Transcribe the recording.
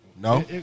No